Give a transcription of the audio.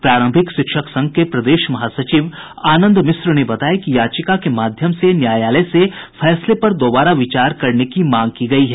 प्रारंभिक शिक्षक संघ के प्रदेश महासचिव आनंद मिश्र ने बताया कि याचिका के माध्यम से न्यायालय से फैसले पर दोबारा विचार करने की मांग की गयी है